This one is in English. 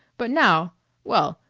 but now well,